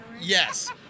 Yes